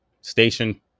station